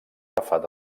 agafat